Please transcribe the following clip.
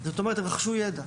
כלומר, הם רכשו יידע.